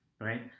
right